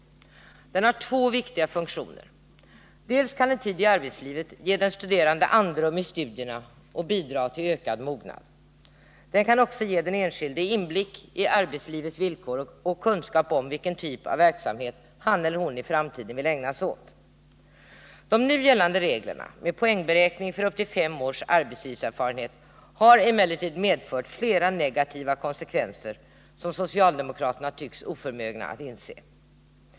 Den har två viktiga funktioner. Dels kan en tid i arbetslivet ge den studerande andrum i studierna och bidra till en ökad mognad, dels kan den ge den enskilde inblick i arbetslivets villkor och kunskap om vilken typ av verksamhet han eller hon i framtiden vill ägna sig åt. De nu gällande reglerna med poängberäkning för upp till fem års arbetslivserfarenhet har emellertid fått flera negativa konsekvenser, som socialdemokraterna tycks oförmögna att inse.